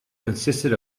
consisted